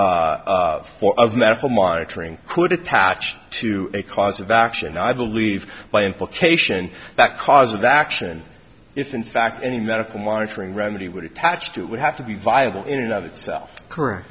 remedy for of medical monitoring could attach to a cause of action i believe by implication back cause of action if in fact any medical monitoring remedy would attach to it would have to be viable in and of itself current